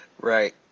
Right